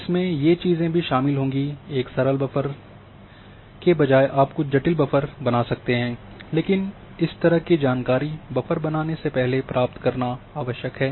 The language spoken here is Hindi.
इसमें ये चीज़ें भी शामिल होंगी एक सरल बफर बजाय आप कुछ जटिल बफर बना सकते हैं लेकिन इस तरह की जानकारी बफर बनाने से पहले प्राप्त करना आवश्यक है